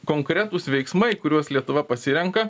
konkretūs veiksmai kuriuos lietuva pasirenka